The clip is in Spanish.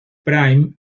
prime